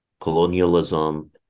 colonialism